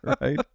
right